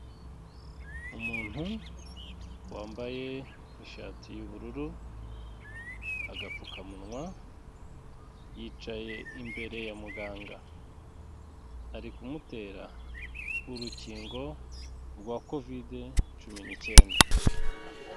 Umuntu wambaye ishati y'ubururu, agapfukamunwa, yicaye imbere ya muganga. Ari kumutera urukingo rwa kovide cumi n'icyenda.